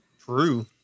True